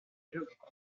géographe